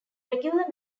regular